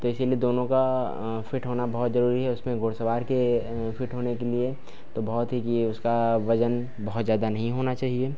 तो इसीलिए दोनों का फ़िट होना बहुत ज़रूरी है उसमें घुड़सवार के फ़िट होने के लिए तो बहुत है कि यह उसका वज़न बहुत ज़्यादा नहीं होना चाहिए